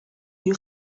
you